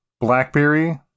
blackberry